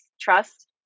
trust